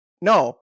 No